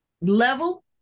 level